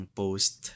post